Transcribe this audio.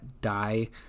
die